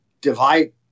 divide